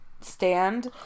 stand